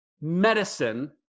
medicine